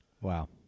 Wow